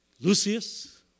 Lucius